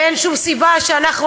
ואין שום סיבה שאנחנו,